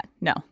no